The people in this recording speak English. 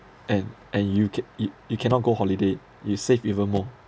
and and you ca~ you cannot go holiday you save even more